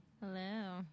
Hello